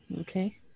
Okay